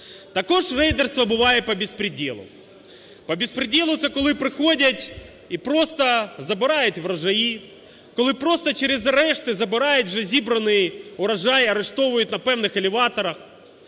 Також рейдерство буває "по беспределу". "По беспределу" – це коли приходять і просто забирають врожаї. Коли просто через арешти забирають вже зібраний урожай, арештовують на певних елеваторах.